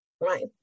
Right